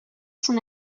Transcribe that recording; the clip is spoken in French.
son